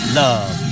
love